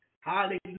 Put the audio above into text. Hallelujah